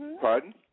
Pardon